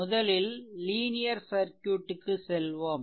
முதலில் linear circuit க்கு செல்வோம்